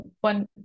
one